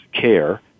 care